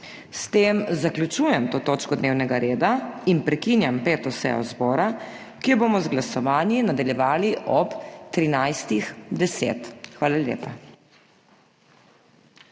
S tem zaključujem to točko dnevnega reda in prekinjam 5. sejo zbora, ki jo bomo z glasovanji nadaljevali ob 13.10. Hvala lepa.